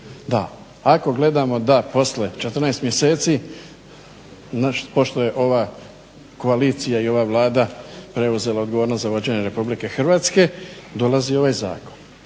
Da, ako gledamo da poslije 14 mjeseci pošto je ova koalicija i ova Vlada preuzela odgovornost za vođenje RH dolazi ovaj zakon.